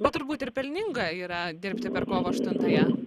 o turbūt ir pelninga yra dirbti per kovo aštuntąją